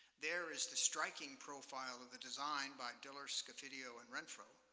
there is the striking profile of the design by diller scofidio and renfro,